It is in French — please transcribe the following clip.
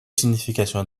significations